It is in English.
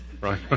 right